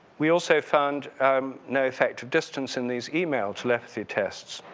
we also found um no effect distance in this email telepathy test.